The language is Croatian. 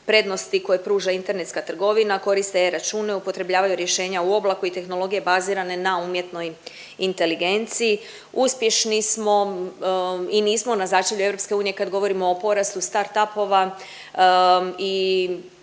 prednosti koje pruža internetska trgovina, koriste e-račune, upotrebljavaju rješenja u oblaku i tehnologije bazirane na umjetnoj inteligenciji. Uspješni smo i nismo na začelju EU kad govorimo o porastu start-up-ova i